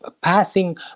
passing